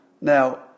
Now